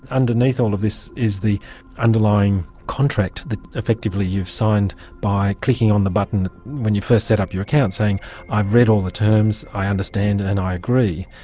underneath all of this is the underlying contract that effectively you've signed by clicking on the button when you first set up your account saying i've read all the terms, i understand and i agree'.